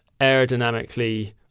aerodynamically